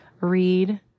read